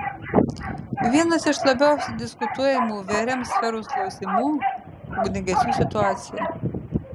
vienas iš labiausiai diskutuojamų vrm sferos klausimų ugniagesių situacija